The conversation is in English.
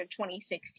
2016